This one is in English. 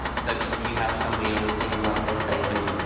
so if you if you have somebody on your team like this they can,